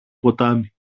ποτάμι